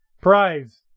Prize